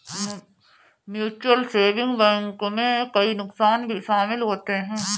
mutual saving bank में कई नुकसान भी शमिल होते है